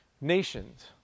nations